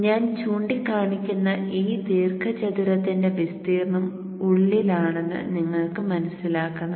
ഞാൻ ചൂണ്ടിക്കാണിക്കുന്ന ഈ ദീർഘചതുരത്തിന്റെ വിസ്തീർണ്ണം ഉള്ളിലാണെന്ന് നിങ്ങൾ മനസ്സിലാക്കണം